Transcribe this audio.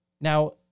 Now